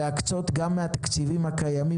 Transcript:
להקצות גם מהתקציבים הקיימים,